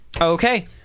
Okay